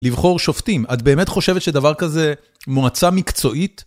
לבחור שופטים, את באמת חושבת שדבר כזה מועצה מקצועית?